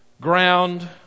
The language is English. ground